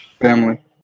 family